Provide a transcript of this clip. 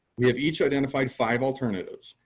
we have each identified five alternatives,